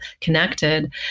connected